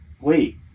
wait